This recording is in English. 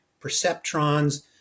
perceptrons